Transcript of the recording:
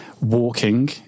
walking